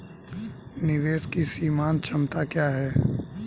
निवेश की सीमांत क्षमता क्या है?